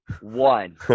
One